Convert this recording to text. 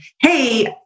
Hey